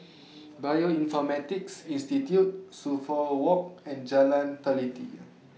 Bioinformatics Institute Suffolk Walk and Jalan Teliti